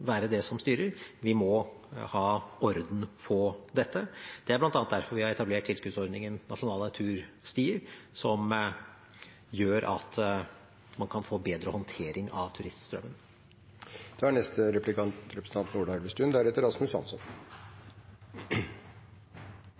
være det som styrer. Vi må ha orden på dette. Det er bl.a. derfor vi har etablert tilskuddsordningen Nasjonale turstier, som gjør at man kan få bedre håndtering av turiststrømmen.